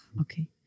okay